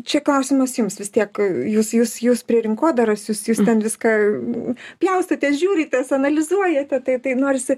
čia klausimas jums vis tiek jūs jūs jūs prie rinkodaros jūs jūs ten viską pjaustote žiūritės analizuojate tai tai norisi